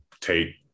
Tate